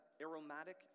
aromatic